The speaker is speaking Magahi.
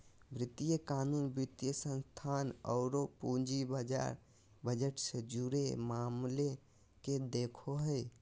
वित्तीय कानून, वित्तीय संस्थान औरो पूंजी बाजार बजट से जुड़े मामले के देखो हइ